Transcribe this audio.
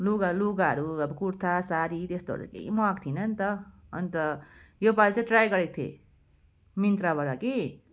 लुगा लुगाहरू अब कुर्था साडी त्यस्तोहरू केही मगाएको थिइनँ नि त अन्त योपालि चाहिँ ट्राई गरेको थिएँ मिन्त्राबाट कि